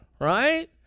right